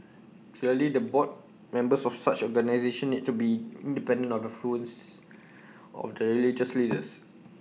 clearly the board members of such organisations need to be independent of the of the religious leaders